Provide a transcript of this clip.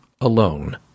alone